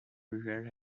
rural